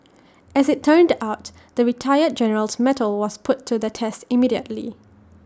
as IT turned out the retired general's mettle was put to the test immediately